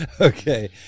Okay